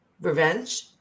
revenge